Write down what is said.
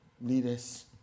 leaders